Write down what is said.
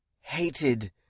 hated